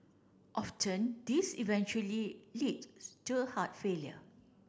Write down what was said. often this eventually leads to heart failure